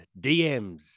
DMs